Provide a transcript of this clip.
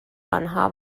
آنها